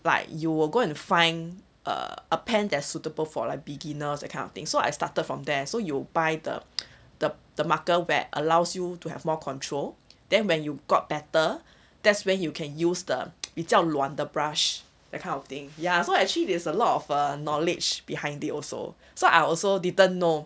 like you will go and find err a pen that's suitable for beginners that kind of thing so I started from there so you buy the the the marker where allows you to have more control then when you got better that's where you can use the 比较乱的 brush that kind of thing ya so actually there's a lot of uh knowledge behind it also so I also didn't know